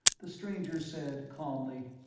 the stranger said calmly,